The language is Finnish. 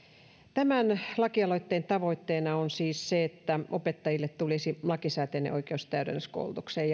tämän lakialoitteen tavoitteena on siis se että opettajille tulisi lakisääteinen oikeus täydennyskoulutukseen